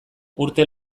urte